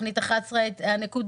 תכנית 11 הנקודות.